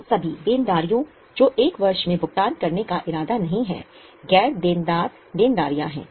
उन सभी देनदारियों जो 1 वर्ष में भुगतान करने का इरादा नहीं हैं गैर देनदार देनदारियां हैं